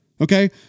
Okay